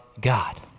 God